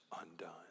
undone